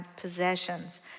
possessions